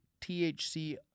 THC